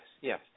yes